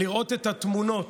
לראות את התמונות,